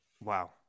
Wow